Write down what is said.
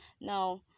now